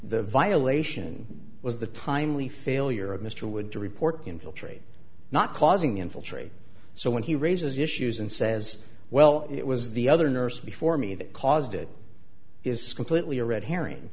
the violation was the timely failure of mr wood to report infiltrate not causing infiltrate so when he raises issues and says well it was the other nurse before me that caused it is completely a red herring